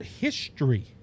history